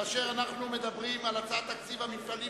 כאשר אנחנו מדברים על הצעת תקציב המפעלים